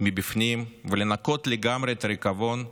מבפנים ולנקות את הריקבון לגמרי,